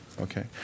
Okay